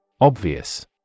Obvious